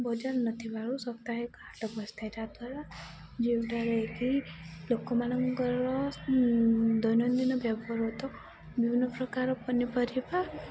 ବଜାର ନଥିବାରୁ ସାପ୍ତାହିକ ହାଟ ବସିଥାଏ ଯାହାଦ୍ୱାରା ଯେଉଁଠାରେ କି ଲୋକମାନଙ୍କର ଦୈନନ୍ଦିନ ବ୍ୟବହୃତ ବିଭିନ୍ନ ପ୍ରକାର ପନିପରିବା